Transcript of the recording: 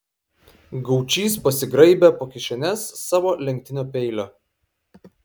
gaučys pasigraibė po kišenes savo lenktinio peilio